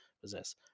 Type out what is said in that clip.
possess